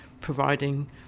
providing